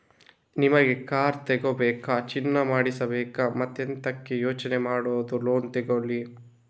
ನಿಮಿಗೆ ಕಾರ್ ತಗೋಬೇಕಾ, ಚಿನ್ನ ಮಾಡಿಸ್ಬೇಕಾ ಮತ್ತೆಂತಕೆ ಯೋಚನೆ ಮಾಡುದು ಲೋನ್ ತಗೊಳ್ಳಿ